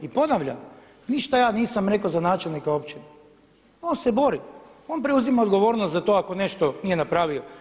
I ponavljam ništa ja nisam rekao za načelnike općine, on se bori, on preuzima odgovornost za to ako nešto nije napravio.